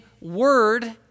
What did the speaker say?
word